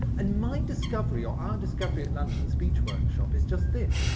and my discovery, or our discovery at london speech workshop is just this.